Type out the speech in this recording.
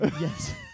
Yes